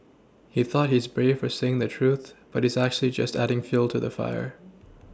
he thought he's brave for saying the truth but he's actually just adding fuel to the fire